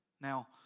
Now